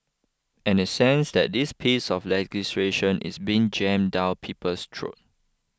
and a sense that this piece of legislation is being jammed down people's throat